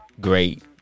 great